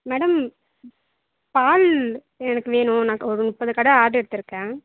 madam பால் எனக்கு வேணும் நான் முப்பது கடை ஆர்டர் எடுத்திருக்கேன்